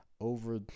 over